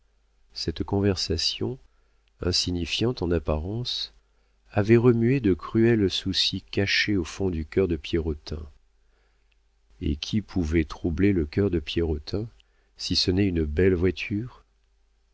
cette conversation insignifiante en apparence avait remué de cruels soucis cachés au fond du cœur de pierrotin et qui pouvait troubler le cœur de pierrotin si ce n'est une belle voiture